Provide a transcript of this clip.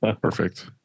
perfect